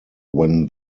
when